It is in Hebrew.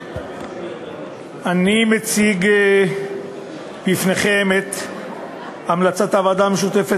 אני מציג בפניכם את המלצת הוועדה המשותפת